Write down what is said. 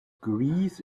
greece